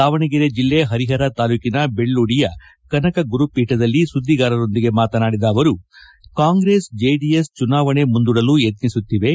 ದಾವಣಗೆರೆ ಜಿಲ್ಲೆ ಪರಿಹರ ತಾಲೂಕಿನ ಬೆಳ್ಳೂಡಿಯ ಕನಕ ಗುರುಪೀಠದಲ್ಲಿ ಸುದ್ದಿಗಾರರೊಂದಿಗೆ ಮಾತನಾಡಿದ ಅವರು ಕಾಂಗ್ರೆಸ್ ಜೆಡಿಎಸ್ ಚುನಾವಣೆ ಮುಂದೂಡಲು ಯತ್ನಿಸುತ್ತಿವೆ